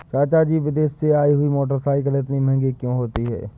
चाचा जी विदेश से आई हुई मोटरसाइकिल इतनी महंगी क्यों होती है?